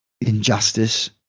injustice